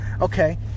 Okay